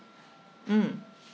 mm